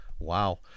Wow